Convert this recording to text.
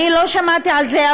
אני לא שמעתי על זה,